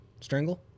strangle